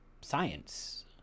science